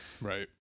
Right